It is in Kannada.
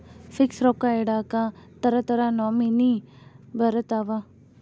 ಫಿಕ್ಸ್ ರೊಕ್ಕ ಇಡಾಕ ತರ ತರ ನಮೂನಿ ಬರತವ